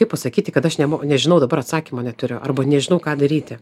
kaip pasakyti kad aš nemok nežinau dabar atsakymo neturiu arba nežinau ką daryti